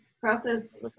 process